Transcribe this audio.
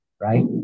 right